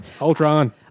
Ultron